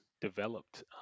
developed